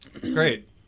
Great